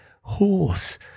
horse